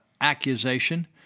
accusation